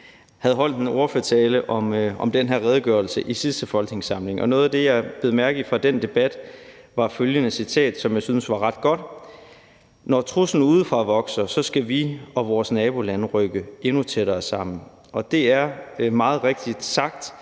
havde holdt en ordførertale om den her redegørelse i sidste folketingssamling. Og noget af det, jeg bed mærke i fra den debat, var følgende citat, som jeg syntes var ret godt: »Når truslen udefra vokser, skal vi og vores nabolande rykke endnu tættere sammen.« Det er meget rigtigt sagt,